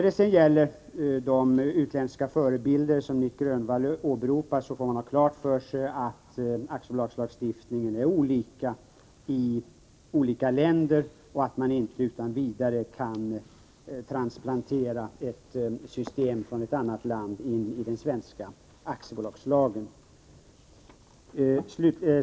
Beträffande de utländska förebilder som Nic Grönvall åberopar får man ha klart för sig att aktiebolagslagstiftningen är olika i olika länder och att man inte utan vidare kan transplantera ett system från ett annat land in i den svenska aktiebolagslagen.